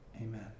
amen